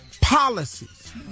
policies